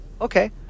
Okay